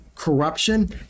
Corruption